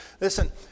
Listen